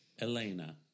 Elena